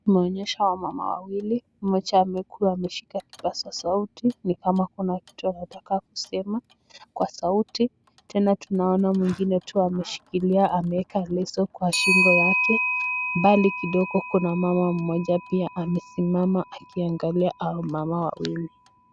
Tumeonyeshwa wamama wawili, mmoja amekuwa ameshika kipaza sauti ni kama kuna kitu anataka kusema kwa sauti, tena tunaona mwingine tu ameshikilia ameeka leo kwa shingo yake, mbali kidogo kuna mama mmoja pia amesimama akiangalia hao wamama wawili.